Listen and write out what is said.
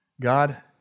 God